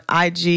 IG